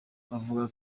bavuga